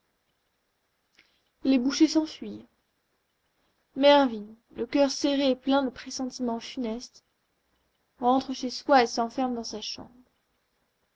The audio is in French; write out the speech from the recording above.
les bouchers s'enfuirent mervyn le coeur serré et plein de pressentiments funestes rentre chez soi et s'enferme dans sa chambre